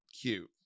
cute